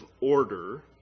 order